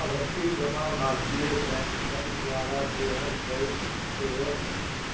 आवर्ती जमा भारतीय बैंकन द्वारा देहल गईल एगो